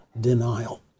denial